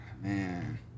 man